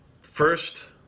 first